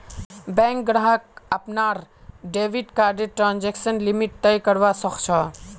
bank ग्राहक अपनार debit कार्डर ट्रांजेक्शन लिमिट तय करवा सख छ